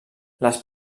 les